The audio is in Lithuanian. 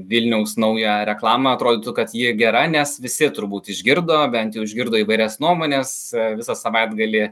vilniaus naują reklamą atrodytų kad ji gera nes visi turbūt išgirdo bent jau išgirdo įvairias nuomones visą savaitgalį